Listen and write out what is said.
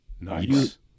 Nice